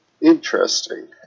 Interesting